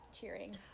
cheering